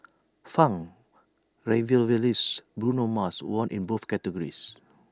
funk revivalist Bruno Mars won in both categories